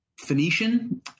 Phoenician